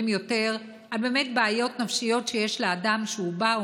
יותר על באמת בעיות נפשיות שיש לאדם שהוא בא,